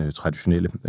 traditionelle